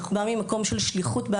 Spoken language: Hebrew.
ממקום של שליחות,